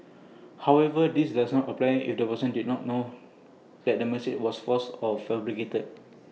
however this does not apply if the person did not know that the message was false or fabricated